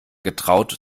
getraut